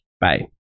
Bye